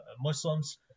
Muslims